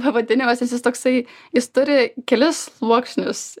pavadinimas nes jis toksai jis turi kelis sluoksnius